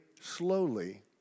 slowly